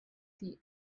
the